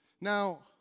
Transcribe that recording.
Now